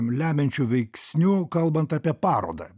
lemiančiu veiksniu kalbant apie parodą